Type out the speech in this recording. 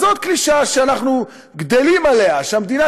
אז עוד קלישאה שאנחנו גדלים עליה היא שהמדינה